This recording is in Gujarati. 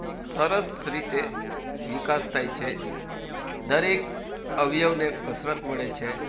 સરસ રીતે વિકાસ થાય છે દરેક અવયવને કસરત મળે છે